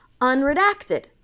unredacted